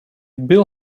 bill